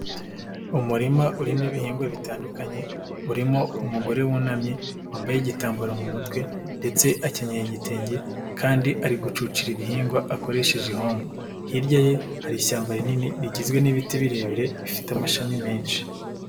Umurima urimo ibihingwa bitandukanye, urimo umugore wunamye wambaye igitambaro mu mutwe ndetse akenyeye igitenge kandi ari gucukira ibihingwa akoresheje ihombo. Hirya ye hari ishyamba rinini rigizwe n'ibiti birebire bifite amashami menshi.